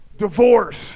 Divorce